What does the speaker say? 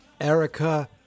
Erica